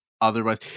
otherwise